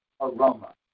aroma